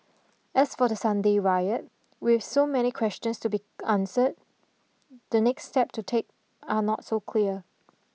as for the Sunday riot with so many questions to be answer the next step to take are not so clear